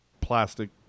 plastic